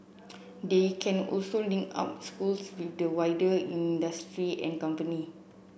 they can also link out schools with the wider industry and company